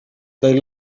they